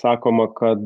sakoma kad